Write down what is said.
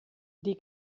die